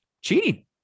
cheating